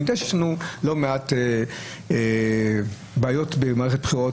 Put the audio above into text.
אני יודע שיש לא מעט בעיות במערכת בחירות.